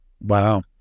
Wow